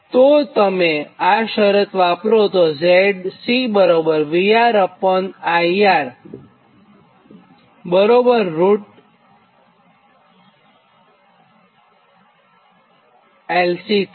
તો જો તમે આ શરત વાપરોતો ZC VRIR LC થાય